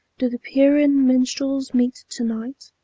do the pierian minstrels meet to-night?